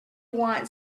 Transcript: want